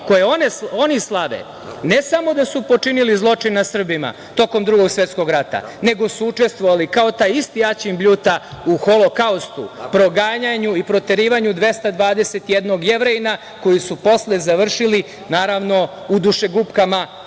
koji oni slave ne samo da su počinili zločin nad Srbima tokom Drugog svetskog rata, nego su učestvovali kao taj isti Aćim Bljuta u Holokaustu, proganjanju i proterivanju 221 Jevrejina koji su posle završili, naravno, u dušegupkama